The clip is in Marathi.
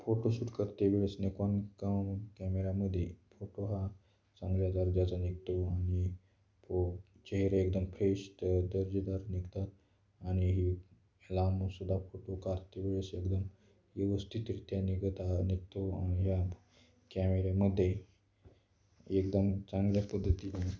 फोटोशूट करते वेळेस निकोन काम कॅमेऱ्यामध्ये फोटो हा चांगल्या दर्जाचा निघतो आणि फो चेहरे एकदम फ्रेश तर दर्जेदार निघतात आणि ही लाबंसुद्धा फोटो काढते वेळेस एकदम व्यवस्थितरीत्या निघत आहे निघतो ह्या कॅमेरेमध्ये एकदम चांगल्या पद्धतीने